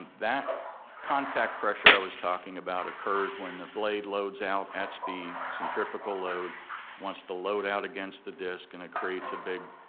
that contact pressure i was talking about occurs when the blade loads out at speed centrifugal load once the load out against the disc and it creates a big